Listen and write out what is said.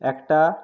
একটা